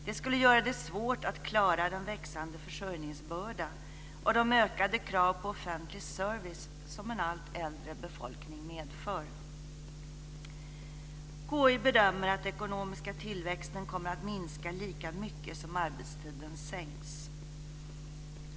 Det skulle göra det svårt att klara den växande försörjningsbörda och de ökade krav på offentlig service som en allt äldre befolkning medför. KI bedömer att den ekonomiska tillväxten kommer att minska lika mycket som arbetstiden sänks.